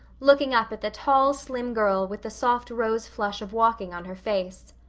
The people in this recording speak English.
looking up at the tall, slim girl with the soft rose-flush of walking on her face.